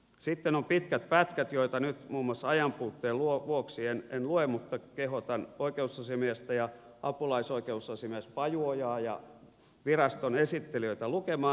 sitten on pitkät pätkät joita nyt muun muassa ajanpuutteen vuoksi en lue mutta kehotan oikeusasiamiestä ja apulaisoikeusasiamies pajuojaa ja viraston esittelijöitä lukemaan